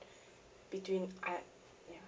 between art ya